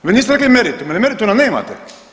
Vi niste rekli meritum, jer merituma nemate.